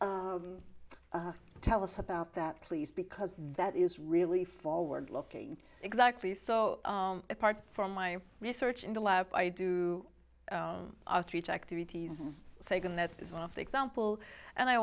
you tell us about that please because that is really forward looking exactly so apart from my research in the lab i do outreach activities sake and that is one of the example and i